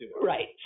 Right